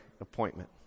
appointment